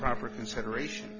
proper consideration